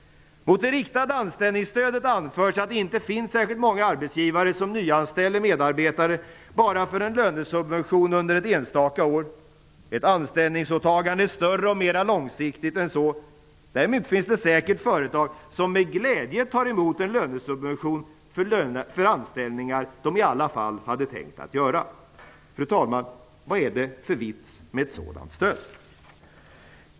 Mot det riktade anställningsstödet har det anförts att det inte finns särskilt många arbetsgivare som nyanställer medarbetare bara för en lönesubvention under ett enstaka år. Ett anställningsåtagande är större och mera långsiktigt än så. Däremot finns det säkert företag som med glädje tar emot en lönesubvention för anställningar som de i alla fall hade tänkt göra. Fru talman! Vad är det för vits med ett sådant stöd?